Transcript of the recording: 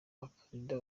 bakandida